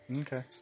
Okay